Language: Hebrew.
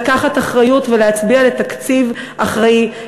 לקחת אחריות ולהצביע לתקציב אחראי,